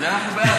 את כל הקואליציה?